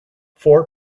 four